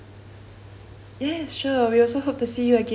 yes sure we also hope to see you again